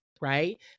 right